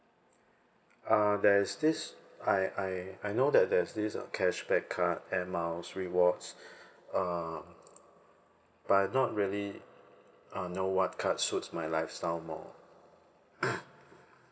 uh there's this I I I know that there's this uh cashback card air miles rewards uh but I'm not really uh know what card suits my lifestyle more